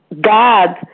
God